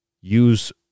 Use